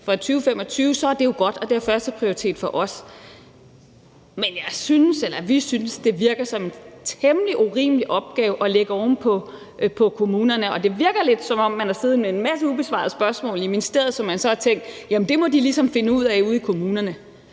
fra 2025, er det jo godt, og det har førsteprioritet for os. Men vi synes, at det virker som en temmelig urimelig opgave at lægge oven på kommunerne, og det virker lidt, som om man har siddet med en masse ubesvarede spørgsmål i ministeriet, hvor man så har tænkt: Det må de ligesom finde ud af ude i kommunerne.